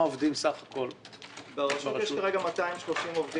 ברשות יש כרגע 230 עובדים.